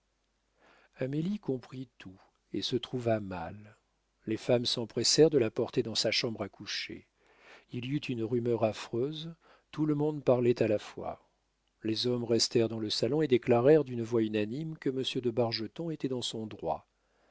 pieds amélie comprit tout et se trouva mal les femmes s'empressèrent de la porter dans sa chambre à coucher il y eut une rumeur affreuse tout le monde parlait à la fois les hommes restèrent dans le salon et déclarèrent d'une voix unanime que monsieur de bargeton était dans son droit